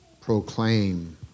proclaim